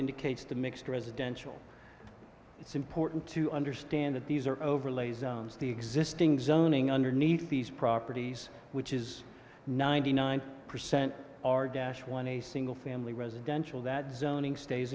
indicates the mixed residential it's important to understand that these are overlay zones the existing zoning underneath these properties which is ninety nine percent our dash one a single family residential that zoning stays